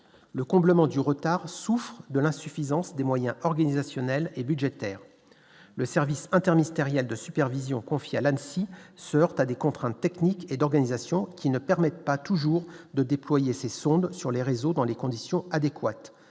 le comblement du retard souffrent de l'insuffisance des moyens organisationnels et budgétaires, le service interministériel de supervision confia à Lance, il se heurte à des contraintes techniques et d'organisation qui ne permet pas toujours de déployer ses sondes sur les réseaux dans les conditions adéquates